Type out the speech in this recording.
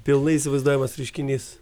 pilnai įsivaizduojamas reiškinys